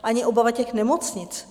Ani obava těch nemocnic.